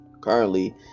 Currently